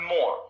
more